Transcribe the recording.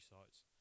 sites